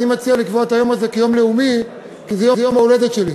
אני מציע לקבוע את היום הזה כיום לאומי כי זה יום ההולדת שלי.